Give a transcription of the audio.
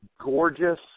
gorgeous